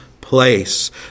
place